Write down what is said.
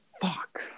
Fuck